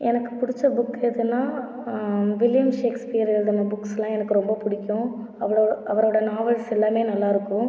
எனக்கு பிடிச்ச புக் எதுன்னா வில்லியம் ஷேக்ஸ்பியர் எழுதுன புக்ஸ்லாம் எனக்கு ரொம்ப பிடிக்கும் அவ்வளோ அவரோடய நாவல்ஸ் எல்லாமே நல்லாயிருக்கும்